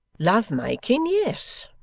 love-making, yes.